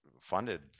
funded